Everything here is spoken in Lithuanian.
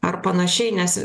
ar panašiai nes